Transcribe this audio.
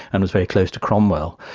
and was very close to cromwell.